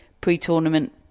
pre-tournament